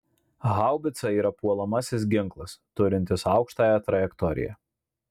haubica yra puolamasis ginklas turintis aukštąją trajektoriją